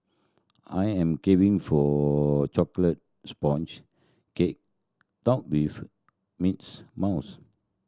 I am caving for a chocolate sponge cake topped with mints mouse